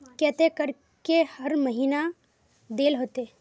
केते करके हर महीना देल होते?